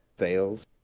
fails